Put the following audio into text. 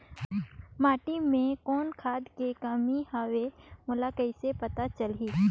माटी मे कौन खाद के कमी हवे मोला कइसे पता चलही?